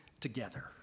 together